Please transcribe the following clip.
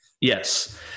Yes